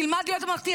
תלמד להיות ממלכתי,